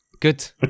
Good